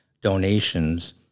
donations